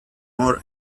more